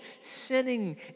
sinning